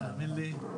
תאמין לי.